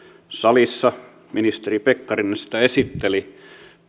salissa ministeri pekkarinen sitä esitteli